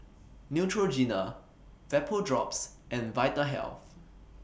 Neutrogena Vapodrops and Vitahealth